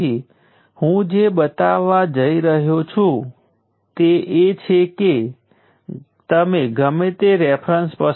તેથી તે હંમેશા એનર્જીને શોષી લે છે અને તે કેપેસિટર અથવા રઝિસ્ટરની જેમ પેસિવ એલિમેન્ટ પણ છે